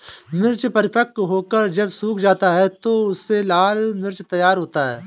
मिर्च परिपक्व होकर जब सूख जाता है तो उससे लाल मिर्च तैयार होता है